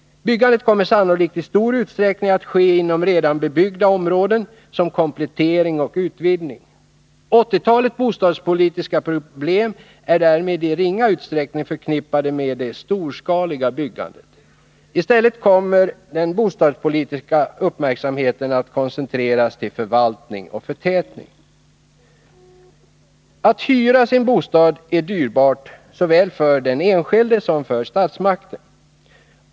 Byggandet kommer sannolikt i stor utsträckning att ske inom redan bebyggda områden — som komplement och utvidgning. 1980-talets bostadspolitiska problem är därmed i ringa utsträckning förknippade med det storskaliga byggandet. I stället kommer den bostadspolitiska uppmärksamheten att koncentreras till förvaltning och förtätning. Att hyra sin bostad är dyrbart för såväl den enskilde som för statsmakten.